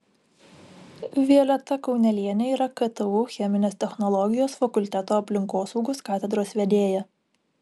violeta kaunelienė yra ktu cheminės technologijos fakulteto aplinkosaugos katedros vedėja